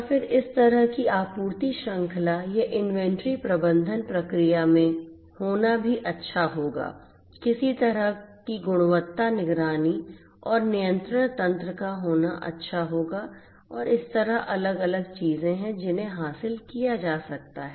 और फिर इस तरह की आपूर्ति श्रृंखला या इन्वेंट्री प्रबंधन प्रक्रिया में होना भी अच्छा होगा किसी तरह की गुणवत्ता निगरानी और नियंत्रण तंत्र का होना अच्छा होगा और इस तरह अलग अलग चीजें हैं जिन्हें हासिल किया जा सकता है